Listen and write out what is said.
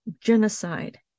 genocide